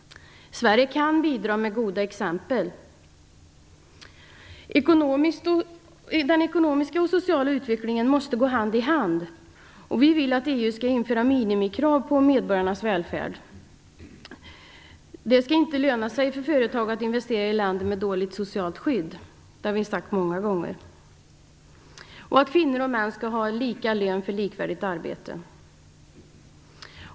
Sverige kan bidra med goda exempel. Den ekonomiska och sociala utvecklingen måste gå hand i hand. Vi vill att EU inför minimikrav på medborgarnas välfärd. Det skall inte löna sig för företag att investera i länder med ett dåligt socialt skydd. Det har vi sagt många gånger. Kvinnor och män skall ha lika lön för likvärdigt arbete.